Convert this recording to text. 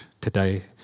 today